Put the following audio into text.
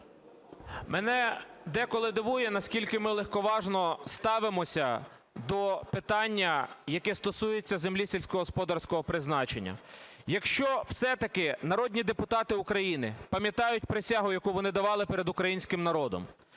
Мене деколи дивує, наскільки ми легковажно ставимося до питання, яке стосується землі сільськогосподарського призначення. Якщо все-таки народні депутати України пам'ятають присягу, яку вони давали перед українським народом,